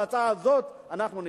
בהצעה הזאת אנחנו נתמוך.